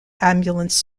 ambulance